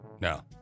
No